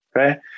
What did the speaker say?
okay